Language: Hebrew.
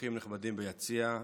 אורחים נכבדים ביציע,